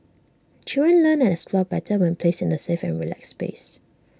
children learn and explore better when placed in A safe and relaxed space